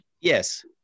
Yes